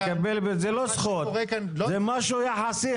זה משהו יחסי.